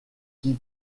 qui